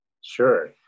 Sure